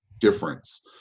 difference